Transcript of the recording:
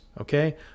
okay